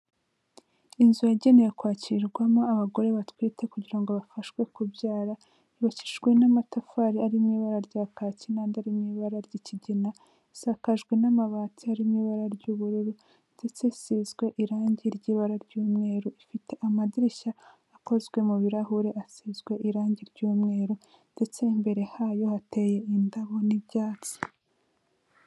inzu yagenewe kwakirirwamo abagore batwite kugira ngo bafashwe kubyara, yubakishijwe n'amatafari ari mu ibara rya kacye n'andi ari mu ibara ry'ikigina, isakajwe n'amabati ari mu ibara ry'ubururu ndetse isizwe irangi ry'ibara ry'umweru, ifite amadirishya akozwe mu birahure asizwe irange ry'umweru ndetse n'imbere hayo hateye indabo n'ibyatsi.